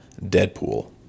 Deadpool